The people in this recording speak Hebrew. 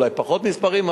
אולי פחות במספרים,